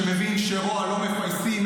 שמבין שרוע לא מפייסים,